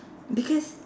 because